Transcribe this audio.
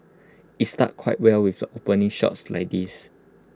IT started quite well with opening shots like these